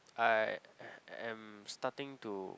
I am starting to